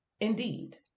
indeed